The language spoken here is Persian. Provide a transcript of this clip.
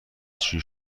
دستشویی